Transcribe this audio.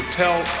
tell